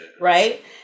Right